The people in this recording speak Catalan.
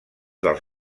dels